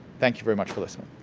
thank you very much for listening.